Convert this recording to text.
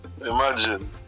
Imagine